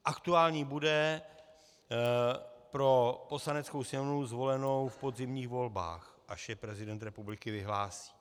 Aktuální bude pro Poslaneckou sněmovnu zvolenou v podzimních volbách, až je prezident republiky vyhlásí.